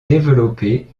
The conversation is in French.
développer